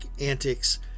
antics